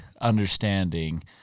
understanding